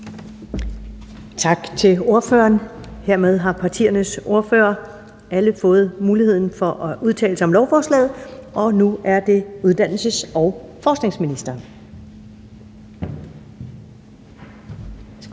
Tak til ordføreren. Hermed har partiernes ordførere alle fået muligheden for at udtale sig om lovforslaget, og nu er det uddannelses- og forskningsministeren.